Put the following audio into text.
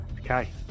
Okay